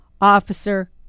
officer